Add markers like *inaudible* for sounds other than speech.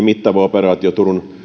*unintelligible* mittava operaatio